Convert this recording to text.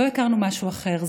לא הכרנו משהו אחר.